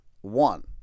One